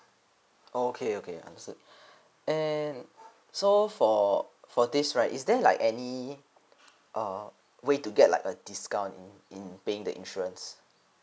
oh okay okay understood and so for for this right is there like any uh way to get like a discount in in paying the insurance